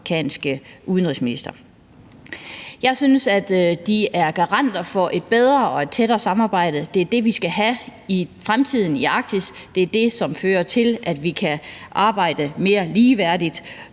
amerikanske udenrigsminister. Jeg synes, de er garanter for et bedre og et tættere samarbejde. Det er det, vi skal have i fremtiden i Arktis. Det er det, som fører til, at vi kan arbejde mere ligeværdigt,